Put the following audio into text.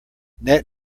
net